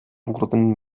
wurden